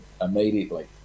immediately